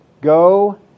Go